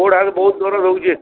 ଗୋଡ଼୍ ହାତ୍ ବହୁତ୍ ଦରଜ୍ ହେଉଛେ